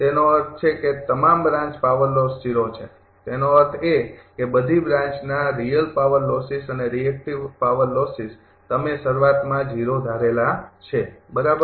તેનો અર્થ છે કે તમામ બ્રાન્ચ પાવર લોસ ૦ છે તેનો અર્થ એ કે બધી બ્રાન્ચના રિયલ પાવર લોસિસ અને રિએક્ટિવ પાવર લોસિસ તમે શરૂઆતમાં 0 ધારેલા છે બરાબર